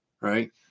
Right